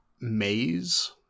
Maze